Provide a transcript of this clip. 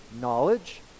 knowledge